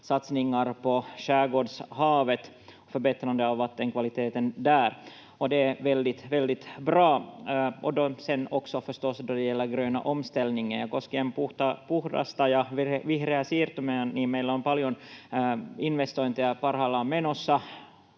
satsningar på Skärgårdshavet och förbättrandet av vattenkvaliteten där — det är väldigt bra — och också förstås då det gäller den gröna omställningen. Koskien puhdasta ja vihreää siirtymää meillä on paljon investointeja parhaillaan menossa